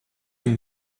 une